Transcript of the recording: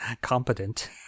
competent